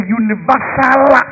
universal